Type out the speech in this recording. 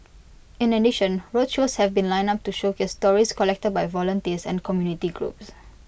in addition roadshows have been lined up to showcase stories collected by volunteers and community groups